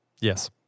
Yes